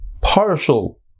partial